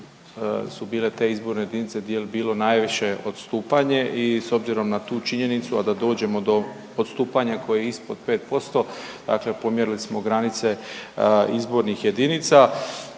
su bile te izborne jedinice gdje je bilo najviše odstupanje i s obzirom na tu činjenicu, a da dođemo do odstupanja koje je ispod 5% dakle pomjerili smo granice izbornih jedinica.